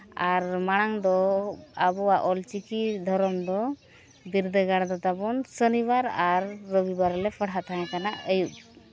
ᱟᱨ ᱢᱟᱲᱟᱝ ᱫᱚ ᱟᱵᱚᱣᱟᱜ ᱚᱞᱪᱤᱠᱤ ᱫᱷᱚᱨᱚᱱ ᱫᱚ ᱵᱤᱨᱫᱟᱹᱜᱟᱲ ᱫᱚ ᱛᱟᱵᱚᱱ ᱥᱚᱱᱤᱵᱟᱨ ᱟᱨ ᱨᱚᱵᱤᱵᱟᱨ ᱞᱮ ᱯᱟᱲᱦᱟᱜ ᱛᱟᱦᱮᱸ ᱠᱟᱱᱟ ᱟᱹᱭᱩᱵ